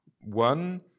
One